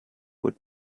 would